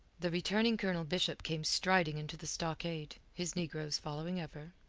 the returning colonel bishop came striding into the stockade, his negroes following ever.